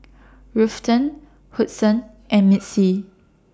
Ruthanne Hudson and Missy